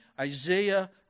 Isaiah